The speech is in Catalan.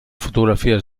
fotografies